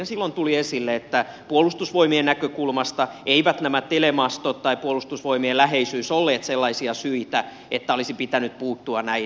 silloin tuli esille että puolustusvoimien näkökulmasta eivät nämä telemastot tai puolustusvoimien läheisyys olleet sellaisia syitä että olisi pitänyt puuttua näihin maakauppoihin